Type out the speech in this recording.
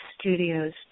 studios